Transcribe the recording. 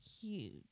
Huge